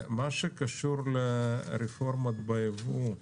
מה שקשור לרפורמה ביבוא,